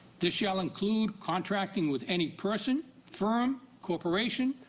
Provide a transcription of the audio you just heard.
this shall include contracting with any person, firm, corporation,